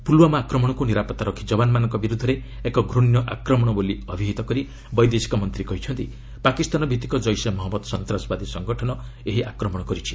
ପୁଲ୍ୱାମା ଆକ୍ରମଣକୁ ନିରାପତ୍ତା ରକ୍ଷୀ ଯବାନମାନଙ୍କ ବିର୍ତ୍ଧରେ ଏକ ଘ୍ରଣ୍ୟ ଆକ୍ରମଣ ବୋଲି ଅଭିହିତ କରି ବୈଦେଶିକ ମନ୍ତ୍ରୀ କହିଛନ୍ତି ପାକିସ୍ତାନ ଭିଭିକ ଜୈସେ ମହମ୍ମଦ ସନ୍ତାସବାଦୀ ସଙ୍ଗଠନ ଏହି ଆକ୍ରମଣ କରିଛି